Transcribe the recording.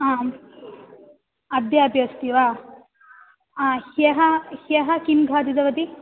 आम् अद्य अपि अस्ति वा आ ह्यः ह्यः किं खादितवती